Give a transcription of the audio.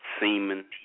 semen